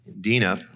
Dina